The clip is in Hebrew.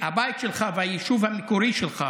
שהבית שלך והיישוב המקורי שלך